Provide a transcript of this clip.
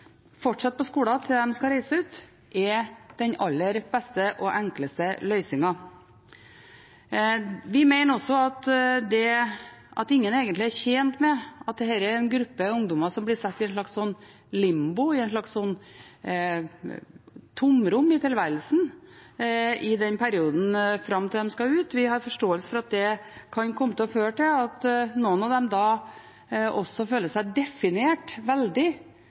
på skolen til de skal reise ut, er den aller beste og enkleste løsningen. Vi mener også at ingen er tjent med at denne gruppen ungdommer blir satt i en slags limbo, et slags tomrom i tilværelsen i perioden fram til de skal ut. Vi har forståelse for at det kan komme til å føre til at noen av dem føler seg veldig definert